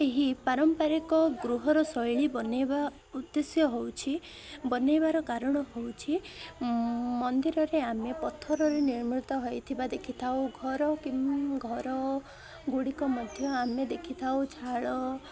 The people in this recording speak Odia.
ଏହି ପାରମ୍ପାରିକ ଗୃହର ଶୈଳୀ ବନାଇବା ଉଦ୍ଦେଶ୍ୟ ହେଉଛି ବନାଇବାର କାରଣ ହେଉଛି ମନ୍ଦିରରେ ଆମେ ପଥରରେ ନିର୍ମିତ ହୋଇଥିବା ଦେଖିଥାଉ ଘର କି ଘର ଗୁଡ଼ିକ ମଧ୍ୟ ଆମେ ଦେଖିଥାଉ ଚାଳ